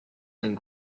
and